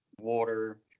water